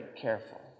careful